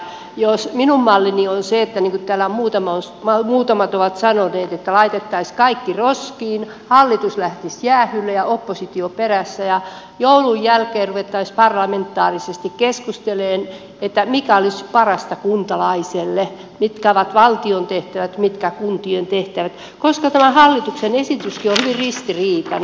jos minun mallini on se niin kuin täällä muutamat ovat sanoneet että laitettaisiin kaikki roskiin hallitus lähtisi jäähylle ja oppositio perässä ja joulun jälkeen ruvettaisiin parlamentaarisesti keskustelemaan mikä olisi parasta kuntalaiselle mitkä ovat valtion tehtävät mitkä kuntien tehtävät niin tämä hallituksen esityskin on hyvin ristiriitainen